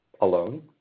alone